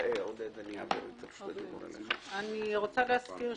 אני מזכירה,